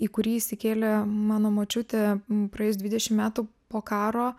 į kurį įsikėlė mano močiutė praėjus dvidešim metų po karo